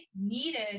needed